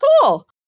cool